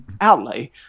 outlay